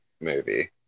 movie